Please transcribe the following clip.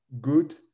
good